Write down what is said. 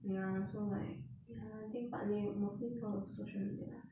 ya so like ya I think partly mostly because of social media lah